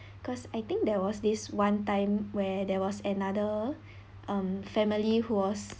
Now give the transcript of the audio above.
because I think there was this one time where there was another um family who was